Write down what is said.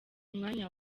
mwanya